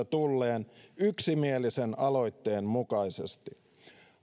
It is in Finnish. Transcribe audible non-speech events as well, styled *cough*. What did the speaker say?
*unintelligible* tulleen yksimielisen aloitteen mukaisesti